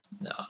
No